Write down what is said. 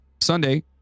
Sunday